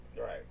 Right